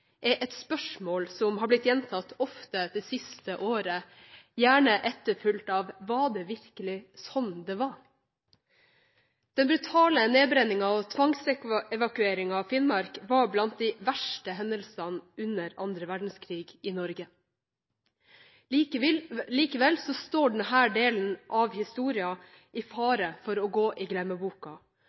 siste året, gjerne etterfulgt av: Var det virkelig sånn det var? Den brutale nedbrenningen og tvangsevakueringen av Finnmark var blant de verste hendelsene under 2. verdenskrig i Norge. Likevel står denne delen av historien i fare for å gå i glemmeboka,